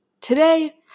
Today